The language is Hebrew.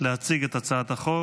להציג את הצעת החוק.